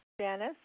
Janice